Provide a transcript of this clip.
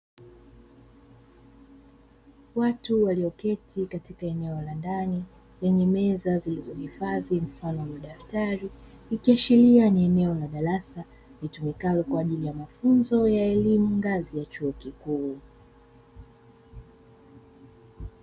Watu walioketi katika eneo la ndani lenye meza zilizohifadhi mfano wa daftari, ikiashiria ni eneo mfano wa darasa litumikalo kwa ajili ya mafunzo ya elimu ngazi ya chuo kikuu.